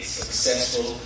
successful